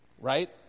Right